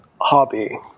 hobby